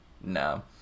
no